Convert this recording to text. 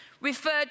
referred